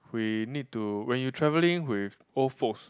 we need to when you travelling with old folks